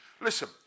Listen